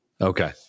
Okay